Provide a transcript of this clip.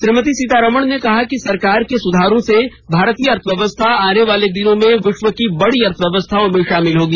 श्रीमती सीतारमण ने कहा कि सरकर के सुधारों से भारतीय अर्थव्यवस्था आने वाले दिनों में विश्व की बडी अर्थव्यवस्थाओं में शामिल होगी